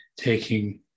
taking